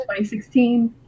2016